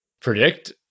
predict